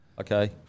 Okay